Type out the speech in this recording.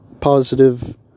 positive